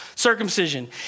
Circumcision